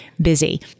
busy